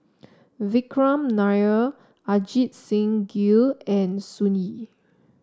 Vikram Nair Ajit Singh Gill and Sun Yee